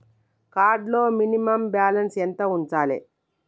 Card లో minimum balance ఎంత ఉంచాలే?